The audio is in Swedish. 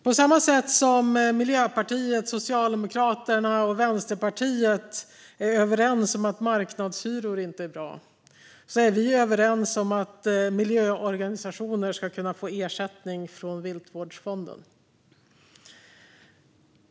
På samma sätt som Miljöpartiet, Socialdemokraterna och Vänsterpartiet är överens om att marknadshyror inte är bra är vi överens om att miljöorganisationer ska kunna få ersättning från Viltvårdsfonden.